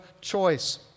choice